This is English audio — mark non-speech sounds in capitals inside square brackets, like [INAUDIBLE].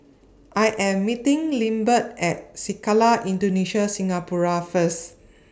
I Am meeting Lindbergh At Sekolah Indonesia Singapura First [NOISE]